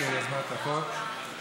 שיזמה את החוק,